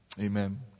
Amen